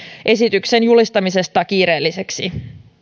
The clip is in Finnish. esityksen julistamisesta kiireelliseksi